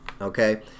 Okay